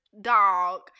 dog